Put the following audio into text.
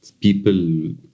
people